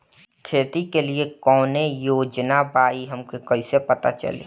खेती के लिए कौने योजना बा ई हमके कईसे पता चली?